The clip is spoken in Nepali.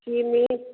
सिमी